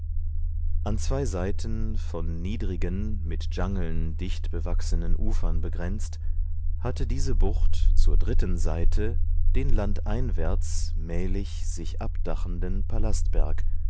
an zwei seiten von niedrigen mit dschangeln dicht bewachsenen ufern begrenzt hatte diese bucht zur dritten seite den landeinwärts mählich sich abdachenden